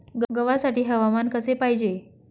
गव्हासाठी हवामान कसे पाहिजे?